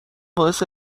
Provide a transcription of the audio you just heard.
باعث